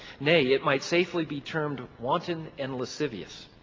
nay it might safely be termed wanton and lascivious.